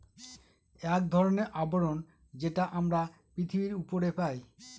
এক ধরনের আবরণ যেটা আমরা পৃথিবীর উপরে পাই